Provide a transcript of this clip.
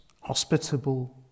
hospitable